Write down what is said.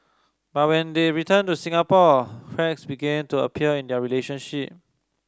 but when they returned to Singapore cracks began to appear in their relationship